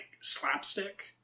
slapstick